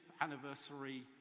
anniversary